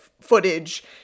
footage